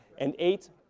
and eight.